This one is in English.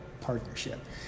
partnership